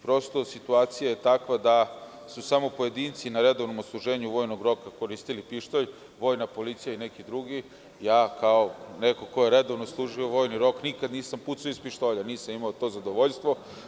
Prosto, situacija je takva da su samo pojedinci na redovnom odsluženju vojnog roka koristili pištolj, vojna policija i neki drugi, ja kao neko ko je redovno služio vojni rok nikada nisam pucao iz pištolja, nisam imao to zadovoljstvo.